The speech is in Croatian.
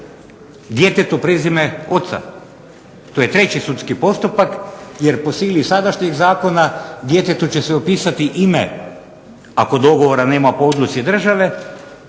djetetu prezime otac. To je treći sudski postupak, jer po sili sadašnjeg Zakona djetetu će se upisati ime ako dogovora nema po odluci države